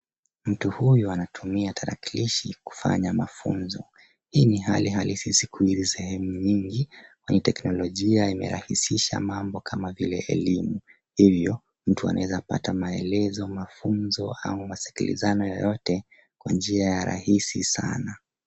Mtu huyu anatumia tarakilishi kufanya mafunzo. Hii ni hali halisi siku hizi sehemu nyingi, kwani teknolojia imerahisisha mambo kama vile elimu, hivyo mtu anaweza kupata maelezo, mafunzo au masikilizano yoyote kwa njia ya rahisi sana.